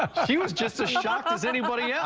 as she was just as shocked as anybody yeah